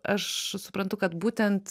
aš suprantu kad būtent